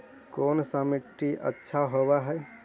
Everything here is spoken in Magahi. कोन सा मिट्टी अच्छा होबहय?